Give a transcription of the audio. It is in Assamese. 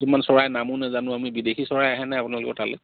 কিমান চৰাই নামো নাজানো আমি বিদেশী চৰাই আহেনে আপোনালোকৰ তালৈ